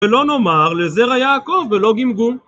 ולא נאמר לזרע יעקב ולא גמגום